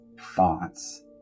thoughts